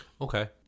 Okay